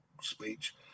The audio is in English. speech